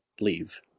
leave